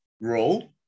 role